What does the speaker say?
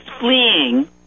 fleeing